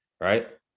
right